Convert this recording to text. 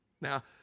Now